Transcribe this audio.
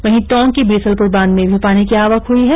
वहीं टोंक के बीसलपुर बांध में भी पानी की आवक हई है